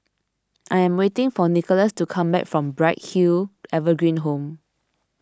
I am waiting for Nicolas to come back from Bright Hill Evergreen Home